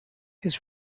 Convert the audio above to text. his